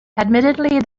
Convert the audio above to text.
admittedly